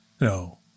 No